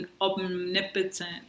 omnipotent